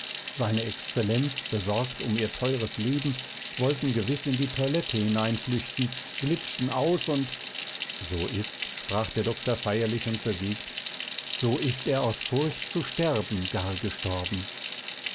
se exzellenz besorgt um ihr teures leben wollten gewiß in die toilette hineinflüchten glitschten aus und so ist sprach der doktor feierlich und bewegt so ist er aus furcht zu sterben gar gestorben